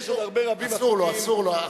אסור לו.